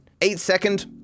eight-second